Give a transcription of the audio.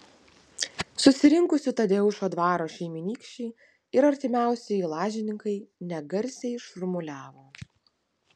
susirinkusių tadeušo dvaro šeimynykščiai ir artimiausieji lažininkai negarsiai šurmuliavo